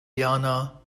jana